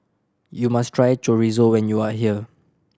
you must try Chorizo when you are here